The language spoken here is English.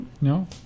No